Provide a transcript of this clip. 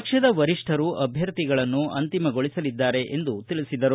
ಪಕ್ಷದ ವರಿಷ್ಠರು ಅಭ್ಯರ್ಥಿಗಳನ್ನು ಅಂತಿಮಗೊಳಿಸಲಿದ್ದಾರೆ ಎಂದು ತಿಳಿಸಿದ್ದಾರೆ